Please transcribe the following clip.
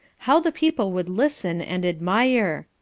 how the people would listen and admire!